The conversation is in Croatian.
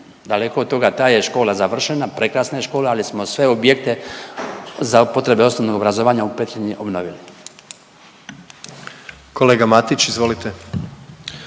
daleko od toga. Ta je škola završena, prekrasna je škola ali smo sve objekte za potrebe osnovnog obrazovanja u Petrinji obnovili. **Jandroković,